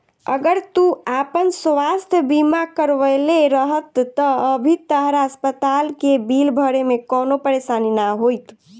अगर तू आपन स्वास्थ बीमा करवले रहत त अभी तहरा अस्पताल के बिल भरे में कवनो परेशानी ना होईत